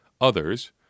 others